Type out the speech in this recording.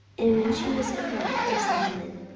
and when she was come to solomon,